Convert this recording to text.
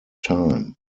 time